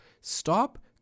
Stop